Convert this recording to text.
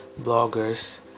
bloggers